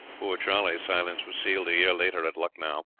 poor charley's silence was sealed a year later at lucknow,